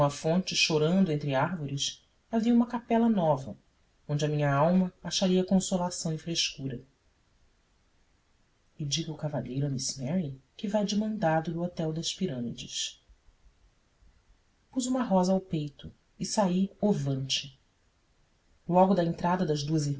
fonte chorando entre árvores havia uma capela nova onde a minha alma acharia consolação e frescura e diga o cavalheiro a miss mary que vai de mandado do hotel das pirâmides pus uma rosa ao peito e saí ovante logo da entrada das